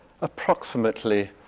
approximately